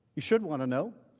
you should want to know.